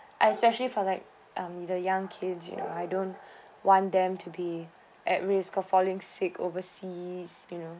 I especially for like um with the young kids you know I don't want them to be at risk of falling sick overseas you know